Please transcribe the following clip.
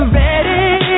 ready